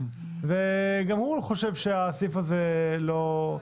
וגם הוא חושב שהסעיף הזה לא ---.